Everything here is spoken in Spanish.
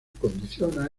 condiciona